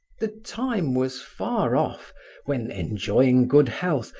the time was far off when, enjoying good health,